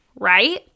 right